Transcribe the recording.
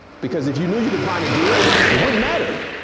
because if you knew you could find a deal it wouldn't matter.